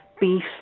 beef